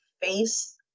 face